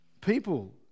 people